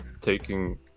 taking